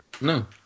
No